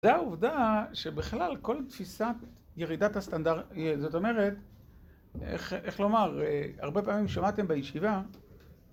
זו העובדה שבכלל כל תפיסת ירידת הסטנדר... זאת אומרת, איך לומר, הרבה פעמים שמעתם בישיבה